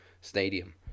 stadium